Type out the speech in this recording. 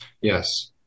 Yes